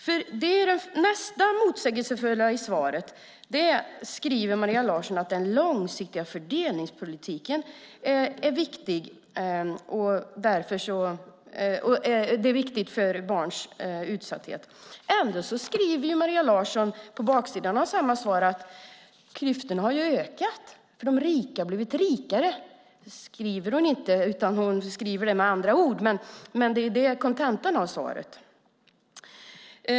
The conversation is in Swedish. Maria Larsson skriver i svaret att den långsiktiga fördelningspolitiken är viktig för barns utsatthet. I samma svar skriver Maria Larsson att klyftorna har ökat eftersom de rika har blivit rikare. Hon skriver inte riktigt så utan med andra ord, men det är kontentan av svaret.